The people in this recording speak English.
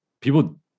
people